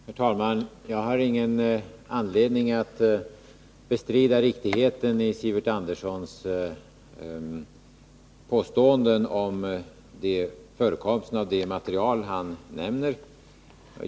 Herr talman! Jag har ingen anledning att bestrida riktigheten i Sivert Anderssons påståenden om förekomsten av de material han nämner.